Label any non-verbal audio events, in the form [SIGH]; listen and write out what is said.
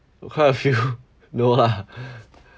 quite a few no lah [LAUGHS]